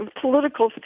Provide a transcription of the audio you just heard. political